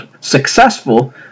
successful